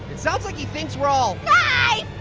it sounds like he thinks we're all.